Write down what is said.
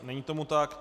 Není tomu tak.